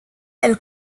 elle